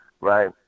right